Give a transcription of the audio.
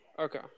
okay